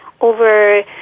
over